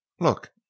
Look